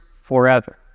forever